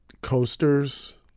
coasters